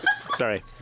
Sorry